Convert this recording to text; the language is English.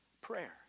prayer